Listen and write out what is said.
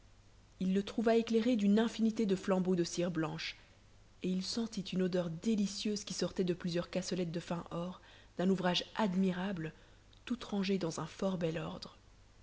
il le trouva éclairé d'une infinité de flambeaux de cire blanche et il sentit une odeur délicieuse qui sortait de plusieurs cassolettes de fin or d'un ouvrage admirable toutes rangées dans un fort bel ordre